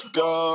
go